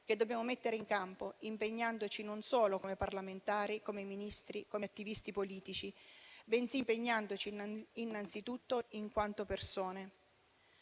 che dobbiamo mettere in campo, impegnandoci non solo come parlamentari, come Ministri, come attivisti politici, ma anche e innanzitutto in quanto persone.